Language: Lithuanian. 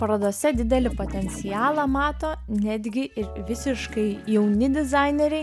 parodose didelį potencialą mato netgi ir visiškai jauni dizaineriai